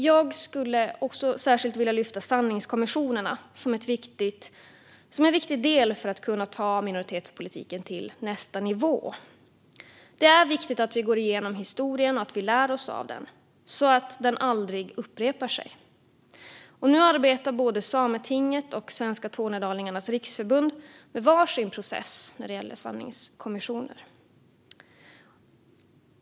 Jag skulle särskilt vilja lyfta fram sanningskommissionerna som en viktig del för att kunna ta minoritetspolitiken till nästa nivå. Det är viktigt att vi går igenom historien och att vi lär oss av den så att den aldrig upprepar sig. Nu arbetar både Sametinget och Svenska Tornedalingars Riksförbund med varsin process när det gäller sanningskommissioner.